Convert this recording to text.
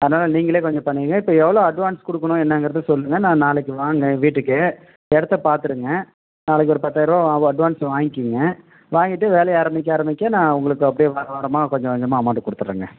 அதனால் நீங்களே கொஞ்சம் பண்ணிக்கோங்க இப்போது எவ்வளோ அட்வான்ஸ் கொடுக்கணும் என்னங்கிறத சொல்லுங்கள் நான் நாளைக்கு வாங்க என் வீட்டுக்கு இடத்த பார்த்துருங்க நாளைக்கு ஒரு பத்தாயிரருவா அட்வான்ஸ் வாங்கிக்கோங்க வாங்கிட்டு வேலையை ஆரம்மிக்க ஆரம்மிக்க நான் உங்களுக்கு அப்படியே வார வாரமாக கொஞ்ச கொஞ்சமாக அமௌண்டு கொடுத்துட்றேங்க